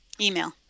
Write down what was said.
Email